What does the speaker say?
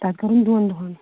تَتہِ کٔرٕن دۄن دۄہَن